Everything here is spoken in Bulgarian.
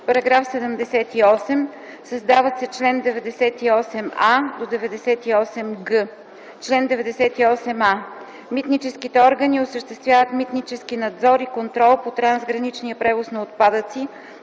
„§ 78. Създават се чл. 98а-98г: „Чл. 98а. Митническите органи осъществяват митнически надзор и контрол по трансграничния превоз на отпадъци